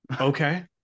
okay